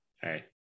Hey